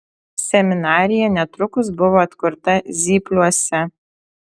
seminarija netrukus buvo atkurta zypliuose